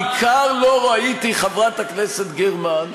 אבל בעיקר לא ראיתי, חברת הכנסת גרמן,